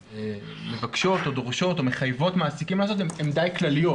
שמבקשות או דורשות או מחייבות מעסיקים הן די כלליות,